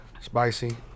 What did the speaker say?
Spicy